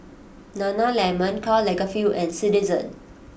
Nana Lemon Karl Lagerfeld and Citizen